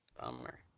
Bummer